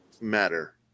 matter